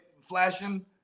flashing